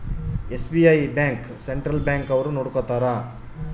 SBI bank central bank ಅವ್ರು ನೊಡ್ಕೋತರ